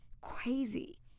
Crazy